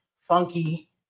funky